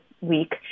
week